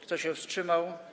Kto się wstrzymał?